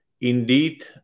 indeed